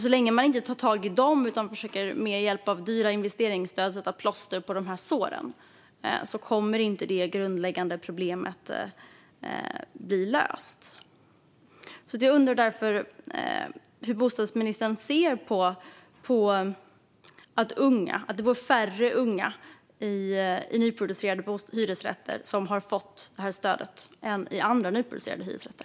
Så länge man inte tar tag i detta utan försöker sätta plåster på såren med hjälp av dyra investeringsstöd kommer inte det grundläggande problemet att bli löst. Jag undrar därför hur bostadsministern ser på att det bor färre unga i nyproducerade hyresrätter som har fått det här stödet än i andra nyproducerade hyresrätter.